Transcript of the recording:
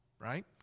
right